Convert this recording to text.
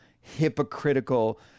hypocritical